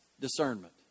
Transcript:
discernment